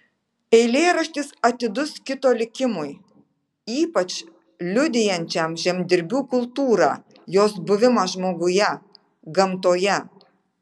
eilėraštis atidus kito likimui ypač liudijančiam žemdirbių kultūrą jos buvimą žmoguje gamtoje